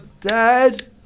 dad